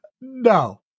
No